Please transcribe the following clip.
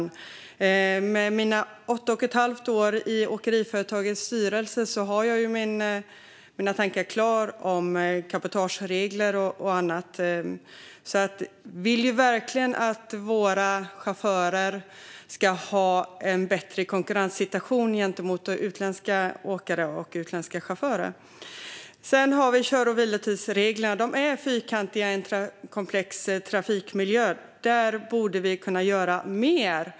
Men med mina åtta och ett halvt år i Sveriges Åkeriföretag Västra Götalands styrelse har jag klara tankar om cabotageregler och annat. Jag vill verkligen att våra chaufförer ska ha en bättre konkurrenssituation gentemot utländska åkare och utländska chaufförer. Kör och vilotidsreglerna är fyrkantiga i en komplex trafikmiljö. Där borde vi kunna göra mer.